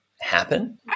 happen